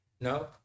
No